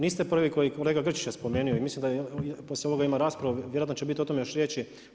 Niste prvi koji, kolega Grčić je spomenuo i mislim da poslije ovoga ima raspravu, vjerojatno će biti o tome još riječi.